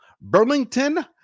Burlington